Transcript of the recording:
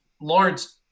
Lawrence